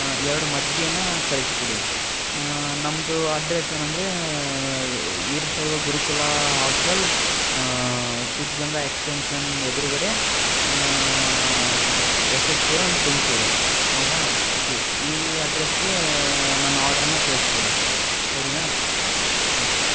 ಎರಡು ಮಜ್ಜಿಗೇನ ಕಳಿಸಿಕೊಡಿ ನಮ್ಮದು ಅಡ್ರೆಸ್ಸ್ ಏನೆಂದರೆ ವೀರಶೈವ ಗುರುಕುಲ ಆಶ್ಟಲ್ ಸಿದ್ಧಗಂಗಾ ಎಕ್ಸ್ಟೆನ್ಷನ್ ಎದುರುಗಡೆ ಎಸ್ ಎಸ್ ಪುರಮ್ ತುಮಕೂರು ಹೌದಾ ಓಕೆ ಈ ಅಡ್ರೆಸ್ಗೆ ನನ್ನ ಆರ್ಡ್ರನ್ನು ಕಳಿಸಿಕೊಡಿ ಸರಿನಾ ಓಕೆ